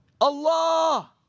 Allah